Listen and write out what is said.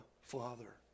father